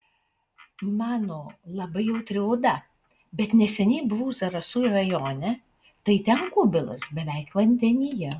mano labai jautri oda bet neseniai buvau zarasų rajone tai ten kubilas beveik vandenyje